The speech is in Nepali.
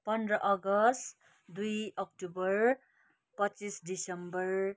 पन्ध्र अगस्त दुई अक्टोबर पच्चिस डिसेम्बर